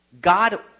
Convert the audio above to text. God